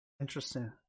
Interesting